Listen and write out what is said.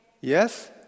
Yes